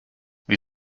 wie